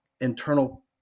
internal